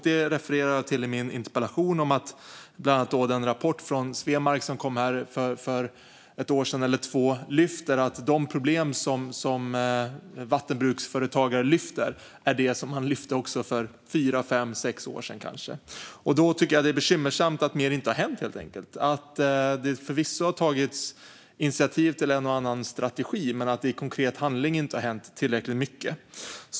Detta refererar jag till i min interpellation. I bland annat den rapport av Swemarc som kom för ett eller två år sedan tas det upp att de problem som vattenbruksföretagare lyfter fram är sådant som de lyfte fram för kanske fyra, fem eller sex år sedan. Jag tycker helt enkelt att det är bekymmersamt att mer inte har hänt. Det har förvisso tagits steg för en och annan strategi, men i konkret handling har det inte hänt tillräckligt mycket.